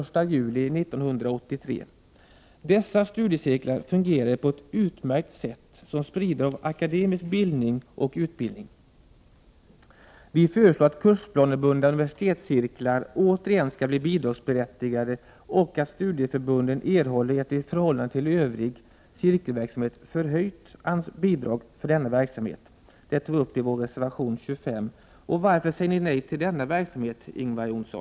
1988/89:104 den 1 juli 1983. Dessa studiecirklar fungerade som en utmärkt spridare av 26 april 1989 akademisk bildning och utbildning. Vi föreslår att kursplanebundna universitetscirklar återigen blir bidragsberättigade och att studieförbunden erhåller ett i förhållande till övrig cirkelverksamhet förhöjt bidrag för denna verksamhet — se reservation 25. Varför säger ni nej till denna verksamhet, Ingvar Johnsson?